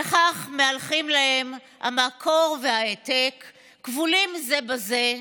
וכך מהלכים להם המקור וההעתק כבולים זה בזה,